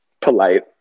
polite